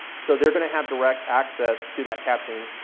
so they are going to have direct access to that capturing.